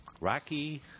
Rocky